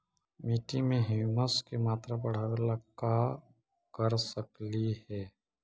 मिट्टी में ह्यूमस के मात्रा बढ़ावे ला का कर सकली हे?